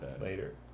later